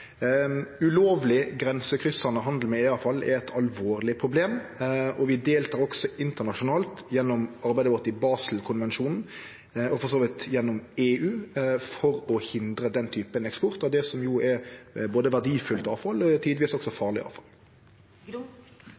Ulovleg, grensekryssande handel med EE-avfall er eit alvorleg problem, og vi deltek også internasjonalt gjennom arbeidet vårt i Baselkonvensjonen og for så vidt gjennom EU for å hindre den typen eksport av det som er både verdifullt avfall og tidvis også farleg